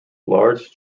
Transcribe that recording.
large